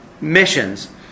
missions